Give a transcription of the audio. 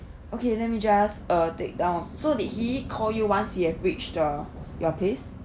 okay let me just uh take down so did he call you once he have reached the your place